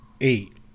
eight